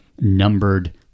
numbered